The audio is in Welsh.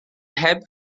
heb